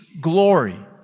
glory